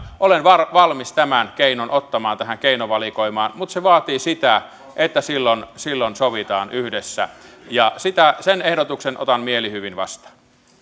olen valmis tämän keinon ottamaan tähän keinovalikoimaan mutta se vaatii sitä että silloin silloin sovitaan yhdessä ja sen ehdotuksen otan mielihyvin vastaan